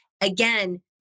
again